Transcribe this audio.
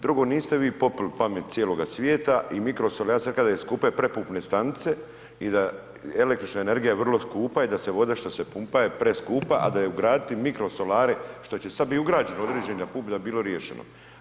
Drugo niste vi popili pamet cijeloga svijeta i ja sam rekao da je skupe prepumpne stanice i da električna energija je vrlo skupa i da se voda što se pumpaje preskupa, a da je ugraditi mikrosolare što će sad biti ugrađeno u određene pumpe da bi bilo riješeno.